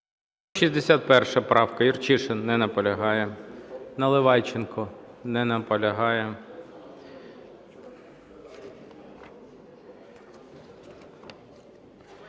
161 правка, Юрчишин. Не наполягає. Наливайченко. Не наполягає.